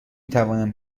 توانم